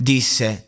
Disse